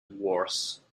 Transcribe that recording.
worse